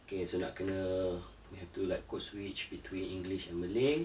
okay nak kena we have to like code switch between english and malay